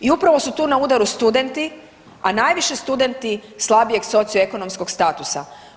I upravo su tu na udaru studenti, a najviše studenti slabijeg socioekonomskog statusa.